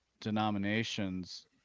denominations